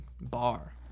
bar